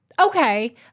okay